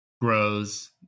grows